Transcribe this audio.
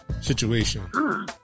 situation